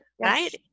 Right